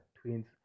twins